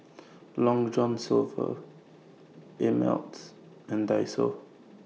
Long John Silver Ameltz and Daiso